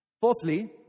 Fourthly